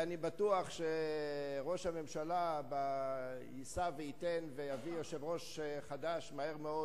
אני בטוח שראש הממשלה יישא וייתן ויביא יושב-ראש חדש מהר מאוד,